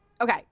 Okay